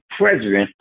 president